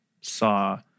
saw